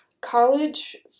college